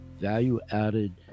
value-added